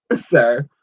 sir